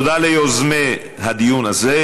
תודה ליוזמי הדיון הזה,